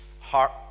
Heart